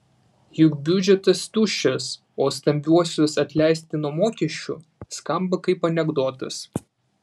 juk biudžetas tuščias o stambiuosius atleisti nuo mokesčių skamba kaip anekdotas